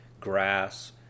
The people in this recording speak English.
grass